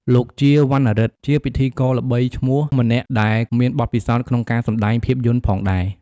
លោក ជា វណ្ណារិទ្ធ ជាពិធីករល្បីឈ្មោះម្នាក់ដែលមានបទពិសោធន៍ក្នុងការសម្តែងភាពយន្តផងដែរ។